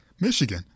Michigan